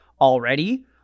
already